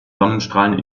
sonnenstrahlen